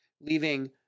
leaving